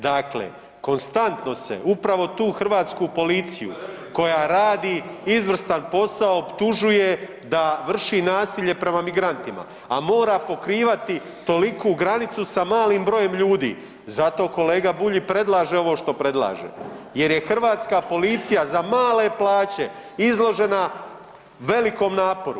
Dakle, konstantno se upravo tu hrvatsku policiju koja radi izvrstan posao optužuje da vrši nasilje prema migrantima, a mora pokrivati toliku granicu sa malim brojem ljudi, zato kolega Bulj i predlaže ovo što predlaže jer je hrvatska policija za male plaće izložena velikom naporu.